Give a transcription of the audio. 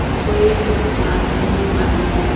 পুখুৰীত মাছ পুহি মানুহে